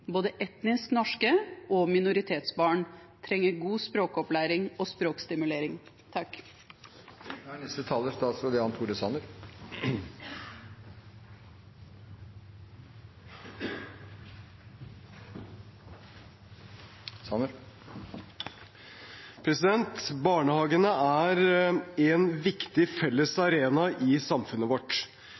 Både etnisk norske barn og minoritetsbarn trenger god språkopplæring og språkstimulering. Barnehagene er en viktig felles arena i samfunnet vårt. 96 pst. av alle treåringer går i barnehage. Det gjør barnehagene til en viktig arena